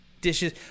dishes